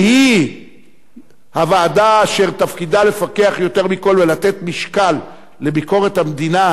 שהיא הוועדה אשר תפקידה לפקח יותר מכול ולתת משקל לביקורת המדינה,